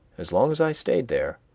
as long as i stayed there,